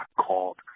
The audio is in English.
called